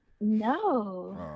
No